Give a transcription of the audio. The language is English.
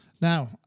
Now